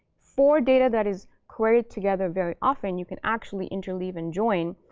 for data that is queried together very often, you can actually interleave and join.